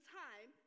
time